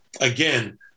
Again